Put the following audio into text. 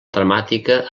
dramàtica